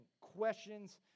questions